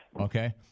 Okay